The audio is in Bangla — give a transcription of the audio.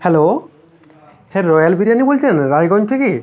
হ্যালো হ্যাঁ রয়্যাল বিরিয়ানি বলছেন রায়গঞ্জ থেকে